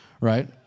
right